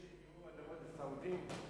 אתה נגד שיקנו אדמות, הסעודים?